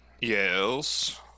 Yes